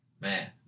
man